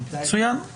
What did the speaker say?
מצוין.